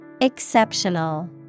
Exceptional